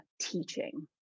teaching